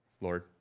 Lord